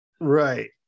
right